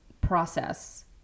process